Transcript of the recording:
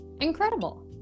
incredible